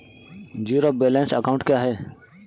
Zero balance account क्या है?